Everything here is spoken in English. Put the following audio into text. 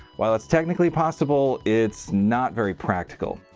while it's technically possible, it's not very practical.